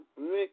mix